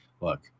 look